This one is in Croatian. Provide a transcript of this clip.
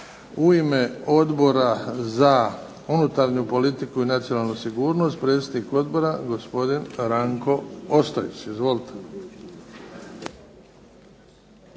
U ime Odbora za unutarnju politiku i nacionalnu sigurnost predsjednik odbora gospodin Ranko Ostojić. Izvolite.